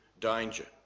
danger